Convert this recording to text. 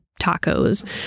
tacos